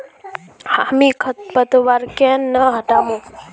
हामी खरपतवार केन न हटामु